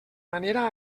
manera